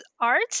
art